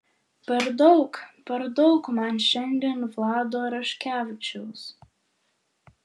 per daug per daug man šiandien vlado raškevičiaus